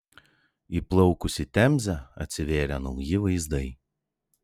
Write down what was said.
įplaukus į temzę atsivėrė nauji vaizdai